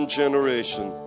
generation